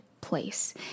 place